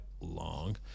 Long